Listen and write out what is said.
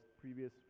previous